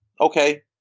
Okay